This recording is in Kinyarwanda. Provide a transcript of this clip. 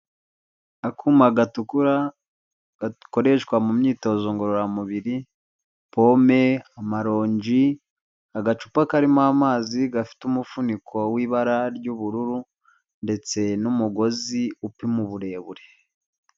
akuma gatukura gakoreshwa mu myitozo ngororamubiri pome, amaronji, agacupa karimo amazi gafite umufuniko w'ibara ry'ubururu ndetse n'umugozi upima uburebure.